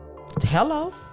Hello